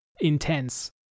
intense